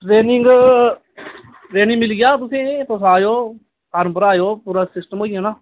training training मिली जाग तु'सें गी तुस आई जाओ फार्म भरोआओ पूरा सिस्टम होई जाना